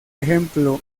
ejemplo